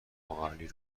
اقاعلی